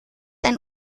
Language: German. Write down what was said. ein